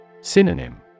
Synonym